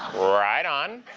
right on.